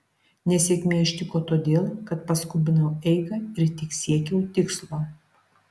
nesėkmė ištiko todėl kad paskubinau eigą ir tik siekiau tikslo